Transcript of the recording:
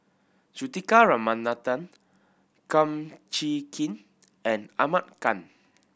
Juthika Ramanathan Kum Chee Kin and Ahmad Khan